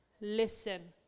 Listen